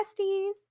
besties